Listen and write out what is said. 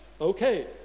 Okay